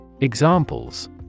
Examples